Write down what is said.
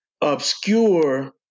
obscure